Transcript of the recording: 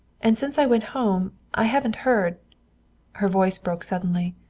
and since i went home i haven't heard her voice broke suddenly.